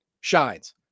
shines